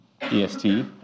EST